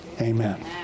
Amen